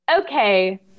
Okay